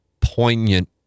poignant